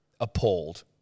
Appalled